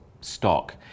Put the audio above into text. stock